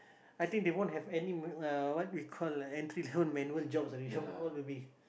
I think they won't have any m~ uh what we call entry manual jobs already all will be